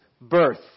birth